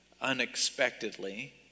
unexpectedly